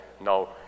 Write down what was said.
No